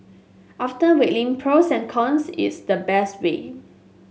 after weighing pros and cons it's the best way